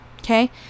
Okay